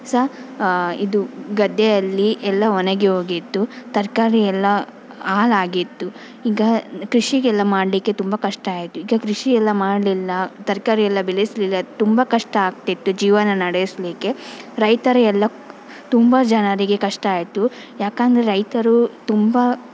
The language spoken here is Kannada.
ಸಹ ಇದು ಗದ್ದೆಯಲ್ಲಿ ಎಲ್ಲ ಒಣಗಿ ಹೋಗಿತ್ತು ತರಕಾರಿ ಎಲ್ಲ ಹಾಳಾಗಿತ್ತು ಈಗ ಕೃಷಿಗೆಲ್ಲ ಮಾಡಲಿಕ್ಕೆ ತುಂಬ ಕಷ್ಟ ಆಯಿತು ಈಗ ಕೃಷಿ ಎಲ್ಲ ಮಾಡಲಿಲ್ಲ ತರಕಾರಿ ಎಲ್ಲ ಬೆಳೆಸಲಿಲ್ಲ ತುಂಬ ಕಷ್ಟ ಆಗ್ತಿತ್ತು ಜೀವನ ನಡೆಸಲಿಕ್ಕೆ ರೈತರು ಎಲ್ಲ ತುಂಬ ಜನರಿಗೆ ಕಷ್ಟ ಆಯಿತು ಯಾಕೆಂದರೆ ರೈತರು ತುಂಬ